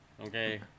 Okay